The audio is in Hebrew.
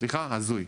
סליחה, הזוי.